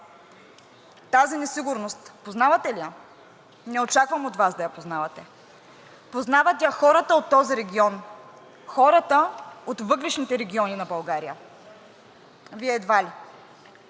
Тази несигурност познавате ли я?! Не очаквам от Вас да я познавате. Познават я хората от този регион, хората от въглищните региони на България. Вие едва ли.